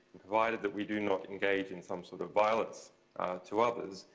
provided that we do not engage in some sort of violence to others,